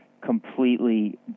completely